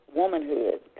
womanhood